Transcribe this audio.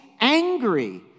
angry